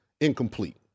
incomplete